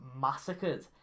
massacred